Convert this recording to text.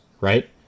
right